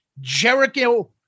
Jericho